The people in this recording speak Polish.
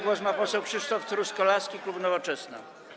Głos ma poseł Krzysztof Truskolaski, klub Nowoczesna.